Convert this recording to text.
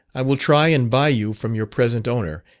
i will try and buy you from your present owner,